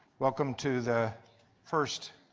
welcome to the first